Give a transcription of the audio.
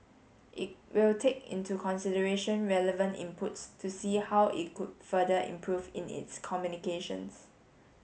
it will take into consideration relevant inputs to see how it could further improve in its communications